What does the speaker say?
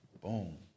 Boom